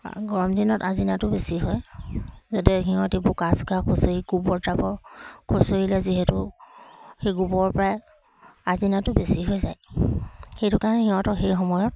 গৰম দিনত আচিনাটো বেছি হয় যাতে সিহঁতি বোকা চোকা খুঁচৰি গোবৰ জাবৰ খুঁচৰিলে যিহেতু সেই গোবৰ পৰাই আচিনাটো বেছি হৈ যায় সেইটো কাৰণে সিহঁতৰ সেই সময়ত